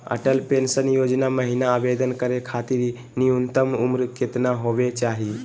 Atal pension योजना महिना आवेदन करै खातिर न्युनतम उम्र केतना होवे चाही?